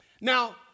Now